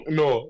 no